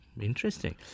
Interesting